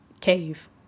cave